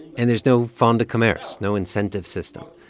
and there's no fonds de commerce, no incentive system.